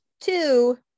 two